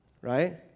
right